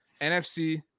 NFC